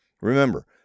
Remember